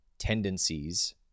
tendencies